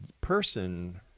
person